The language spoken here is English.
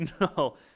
no